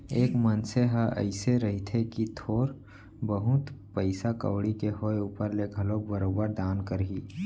एक मनसे ह अइसे रहिथे कि थोर बहुत पइसा कउड़ी के होय ऊपर ले घलोक बरोबर दान करही